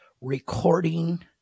recording